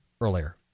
earlier